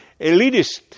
Elitist